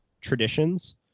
traditions